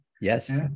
Yes